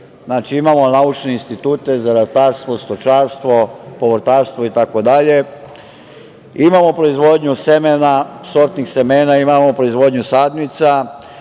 Znači, imamo naučne institute za ratarstvo, stočarstvo, povrtarstvo itd. Imamo proizvodnju semena, sortnih semena, imamo proizvodnju sadnica,